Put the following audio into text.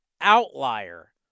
outlier